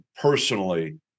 personally